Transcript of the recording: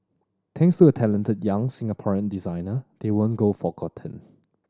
thanks to a talented young Singaporean designer they won't go forgotten